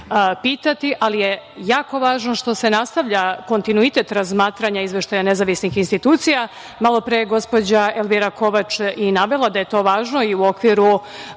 ali je jako važno što se nastavlja kontinuitet razmatranja izveštaja nezavisnih institucija. Malopre je gospođa Elvira Kovač i navela da je to važno i u okviru